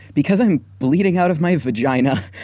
because i'm bleeding out of my vagina!